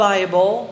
Bible